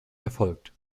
erfolgt